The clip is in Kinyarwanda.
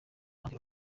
banki